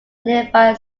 nearby